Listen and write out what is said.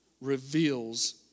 reveals